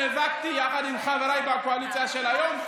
נאבקתי יחד עם חבריי בקואליציה של היום.